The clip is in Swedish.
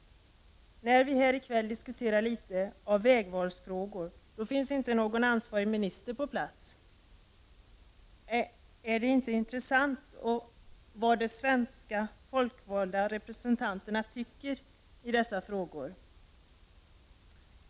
När vi här i kväll diskuterar litet av vägvalsfrågor finns inte någon ansvarig minister på plats. Är det inte intressant vad de folkvalda svenska representanterna tycker i dessa frågor?